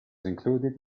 included